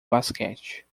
basquete